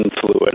fluid